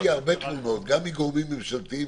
קיבלתי הרבה תלונות גם מגורמים ממשלתיים